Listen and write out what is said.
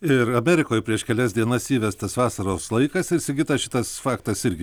ir amerikoj prieš kelias dienas įvestas vasaros laikas ir sigita šitas faktas irgi